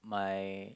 my